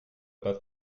pas